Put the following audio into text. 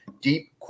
deep